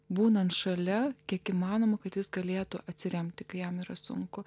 būnant šalia kiek įmanoma kad jis galėtų atsiremti kai jam yra sunku